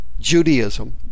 Judaism